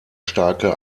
starke